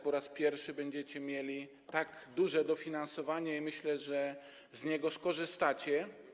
Po raz pierwszy będziecie mieli tak duże dofinansowanie i myślę, że z niego skorzystacie.